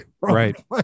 Right